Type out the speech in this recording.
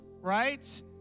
right